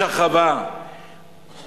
יש הרחבה בהתיישבות,